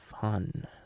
fun